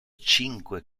cinque